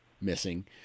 missing